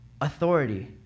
authority